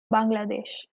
bangladesh